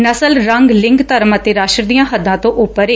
ਨਸਲ ਰੰਗ ਲਿੰਗ ਧਰਮ ਅਤੇ ਰਾਸਟਰ ਦੀਆਂ ਹੋਦਾਂ ਤੋਂ ਉਪਰ ਏ